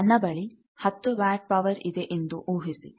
ನನ್ನ ಬಳಿ 10 watt power ಇದೆ ಎಂದು ಊಹಿಸಿ